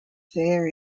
fair